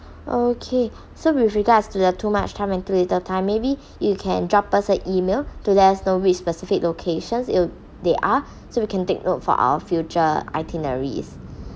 okay so with regards to the too much time and too little time maybe you can drop us an email to let us know which specific locations it'll they are so we can take note for our future itineraries